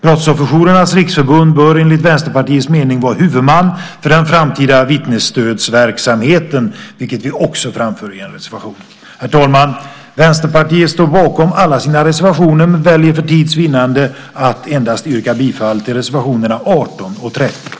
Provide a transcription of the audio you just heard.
Brottsofferjourernas Riksförbund bör enligt Vänsterpartiets mening vara huvudman för den framtida vittnesstödsverksamheten, vilket vi också framför i en reservation. Herr talman! Vänsterpartiet står bakom alla sina reservationer men väljer för tids vinnande att yrka bifall endast till reservationerna 18 och 30.